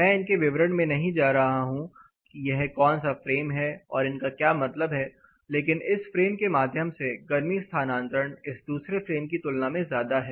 मैं इनके विवरण में नहीं जा रहा हूं यह कौन सा फ्रेम है और इनका क्या मतलब है लेकिन इस फ्रेम के माध्यम से गर्मी स्थानांतरण इस दूसरे फ्रेम की तुलना में ज्यादा है